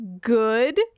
good